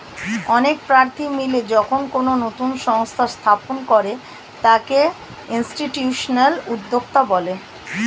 অনেক প্রার্থী মিলে যখন কোনো নতুন সংস্থা স্থাপন করে তাকে ইনস্টিটিউশনাল উদ্যোক্তা বলে